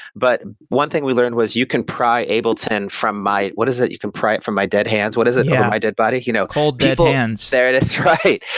but one thing we learned was you can pry ableton from my what is it? you can pry it from my dead hands, what is it? from my dead body you know cold dead hands there it is. right.